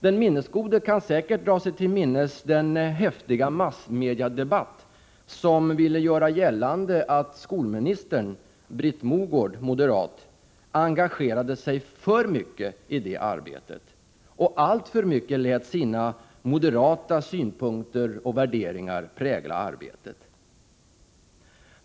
Den minnesgode kan säkert dra sig till minnes den häftiga massmediedebatt som ville göra gällande att skolministern, Britt Mogård, moderat, engagerade sig alltför mycket i det arbetet och alltför mycket lät sina moderata synpunkter och värderingar prägla arbetet.